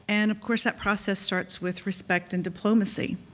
and of course that process starts with respect and diplomacy.